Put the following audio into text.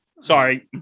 Sorry